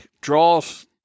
draws